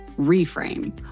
reframe